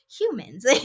humans